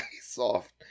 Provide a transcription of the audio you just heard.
soft